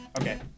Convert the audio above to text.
Okay